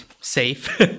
safe